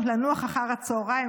לנוח אחר הצוהריים,